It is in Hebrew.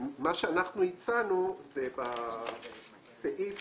אנחנו הצענו שבסעיף